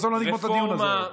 בסוף לא נגמור את הדיון הזה.